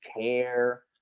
care